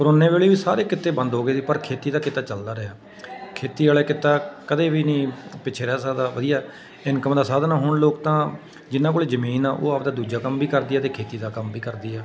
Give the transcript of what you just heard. ਕਰੋਨੇ ਵੇਲੇ ਵੀ ਸਾਰੇ ਕਿੱਤੇ ਬੰਦ ਹੋ ਗਏ ਸੀ ਪਰ ਖੇਤੀ ਦਾ ਕਿੱਤਾ ਚੱਲਦਾ ਰਿਹਾ ਖੇਤੀ ਵਾਲੇ ਕਿੱਤਾ ਕਦੇ ਵੀ ਨਹੀਂ ਪਿੱਛੇ ਰਹਿ ਸਕਦਾ ਵਧੀਆ ਇਨਕਮ ਦਾ ਸਾਧਨ ਹੁਣ ਲੋਕ ਤਾਂ ਜਿਨ੍ਹਾਂ ਕੋਲ ਜਮੀਨ ਆ ਉਹ ਆਪਣਾ ਦੂਜਾ ਕੰਮ ਵੀ ਕਰਦੀ ਆ ਅਤੇ ਖੇਤੀ ਦਾ ਕੰਮ ਵੀ ਕਰਦੀ ਆ